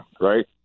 right